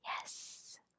Yes